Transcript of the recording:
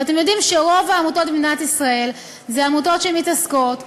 ואתם יודעים שרוב העמותות במדינת ישראל הן עמותות שמתעסקות בהזנה,